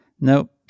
Nope